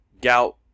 gout